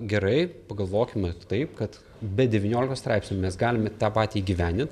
gerai pagalvokime taip kad be devyniolikos straipsnių mes galime tą patį įgyvendint